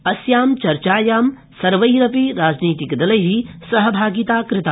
अस्यां चर्चायां सर्वेरपि राजनीतिकदलै सहभागिता कृता